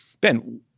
Ben